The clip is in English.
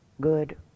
good